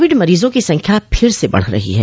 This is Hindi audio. कोविड मरीजों की संख्या फिर से बढ़ रही है